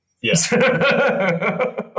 Yes